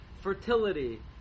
fertility